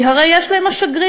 כי הרי יש להן השגריר,